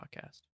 podcast